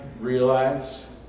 realize